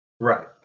Right